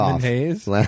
haze